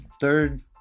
third